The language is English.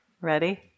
Ready